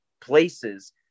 places